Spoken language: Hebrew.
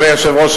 אדוני היושב-ראש,